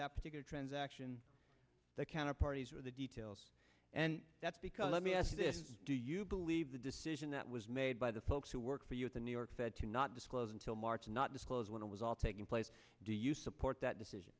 that particular transaction the counter parties or the details and that's because let me ask you this is do you believe the decision that was made by the folks who work for you at the new york fed to not disclose until march not disclose when it was all taking place do you support that decision